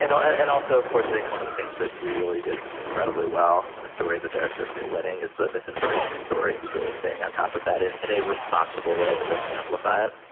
and and and also, of course, i think one of the things that we really did incredibly well and the story that they are certainly winning is the misinformation story, just really staying on top of that in in a responsible way that doesn't amplify it.